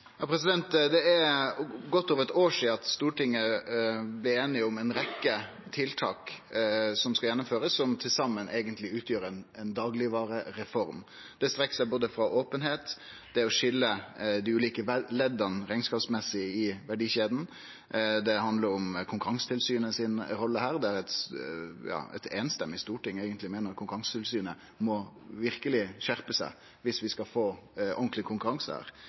Det er godt over eit år sidan Stortinget blei einige om ei rekkje tiltak som skal gjennomførast, som til saman eigentleg utgjer ein daglegvarereform. Det strekk seg frå openheit til det å skilje dei ulike ledda rekneskapsmessig i verdikjeda. Det handlar om rolla til Konkurransetilsynet, og eit samrøystes storting meiner eigentleg at Konkurransetilsynet verkeleg må skjerpe seg viss vi skal få ordentleg konkurranse her.